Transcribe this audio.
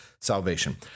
salvation